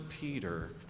Peter